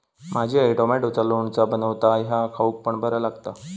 माझी आई टॉमॅटोचा लोणचा बनवता ह्या खाउक पण बरा लागता